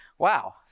Wow